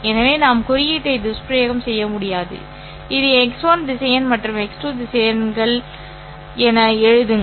எனவே நாம் குறியீட்டை துஷ்பிரயோகம் செய்ய முடியாது இது ́x1 திசையன் மற்றும் ́x2 திசையன்கள் என எழுதுங்கள்